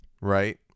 right